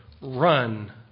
Run